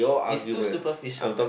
is too superficial man